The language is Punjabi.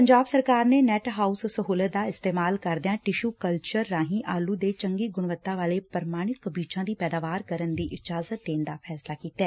ਪੰਜਾਬ ਸਰਕਾਰ ਨੇ ਨੈਟ ਹਾਉਸ ਸਹੁਲਤ ਦਾ ਇਸਤੇਮਾਲ ਕਰਦਿਆਂ ਟਿਸੁ ਕਲਚਰ ਰਾਹੀਂ ਆਲੁ ਦੇ ਚੰਗੀ ਗੁਣਵਤਾ ਵਾਲੇ ਪ੍ਰਮਾਣਿਕ ਬੀਜਾ ਦੀ ਪੈਦਾਵਾਰ ਕਰਨ ਦੀ ਇਜਾਜ਼ਤ ਦੇਣ ਦਾ ਫੈਸਲਾ ਕੀਤੈ